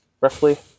roughly